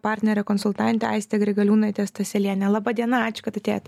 partnere konsultante aiste grigaliūnaite staseliene laba diena ačiū kad atėjot